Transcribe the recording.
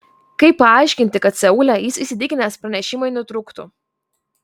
kaip paaiškinti kad seule jis įsitikinęs pranešimai nutrūktų